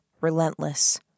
relentless